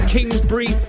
Kingsbury